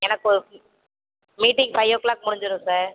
எனக்கொரு meeting five o'clock முடிஞ்சிடும் sir